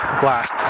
glass